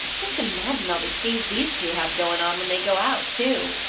just imagine all the steeze these two have going on when they go out, too.